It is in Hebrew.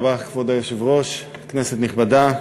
כבוד היושב-ראש, כנסת נכבדה,